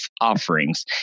offerings